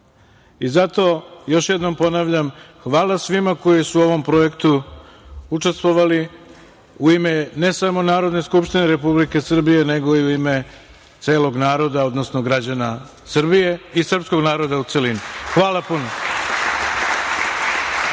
još jednom ponavljam, hvala svima koji su u ovom projektu učestvovali u ime ne samo Narodne skupštine Republike Srbije nego i u ime celog naroda, odnosno građana Srbije i srpskog naroda u celini. Hvala puno. Hvala